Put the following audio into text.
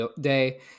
day